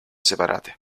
separate